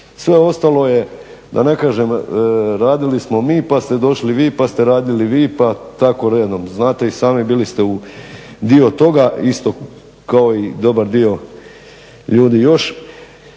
Sve ostalo je da ne kažem radili smo mi, pa ste došli vi, pa ste radili vi, pa tako redom. Znate i sami bili ste dio toga isto kao i dobar dio ljudi još.